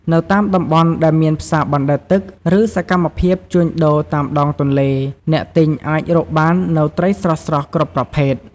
នៅតាមតំបន់ដែលមានផ្សារបណ្តែតទឹក ឬសកម្មភាពជួញដូរតាមដងទន្លេ អ្នកទិញអាចរកបាននូវ ត្រីស្រស់ៗ គ្រប់ប្រភេទ។